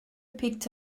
picked